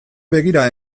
begira